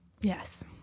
Yes